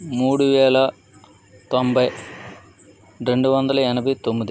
మూడు వేల తొంభై రెండు వందల ఏనభై తొమ్మిది